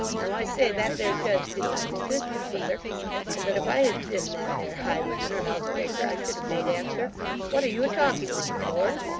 now, i say that there judge didn't know his business, brother and that if i had been that there highwayman or housebreaker, i should have made answer what are you a talking of, my lord?